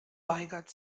weigert